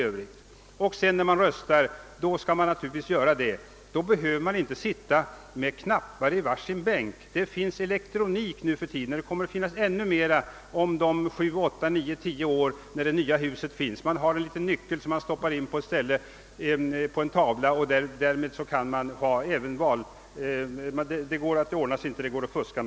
När man skall rösta bör detta kunna göras utan att man skall behöva sitta med knappar i varje bänk. Det finns nu för tiden elektronik, och det kommer att finnas ännu mera om 8—10 år då det nya huset finns till. Man stoppar kanske då in en nyckel på ett ställe på en tavla och därmed kan man avge sin röst. Det går att ordna så att fusk blir uteslutet.